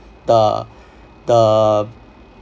the the